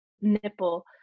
nipple